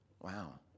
Wow